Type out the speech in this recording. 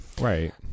Right